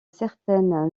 certaine